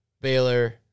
Baylor